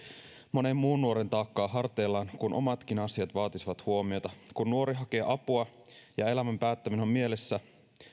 monen muun nuoren taakkaa harteillaan kun omatkin asiat vaatisivat huomiota kun nuori hakee apua ja elämän päättäminen on mielessä